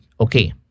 Okay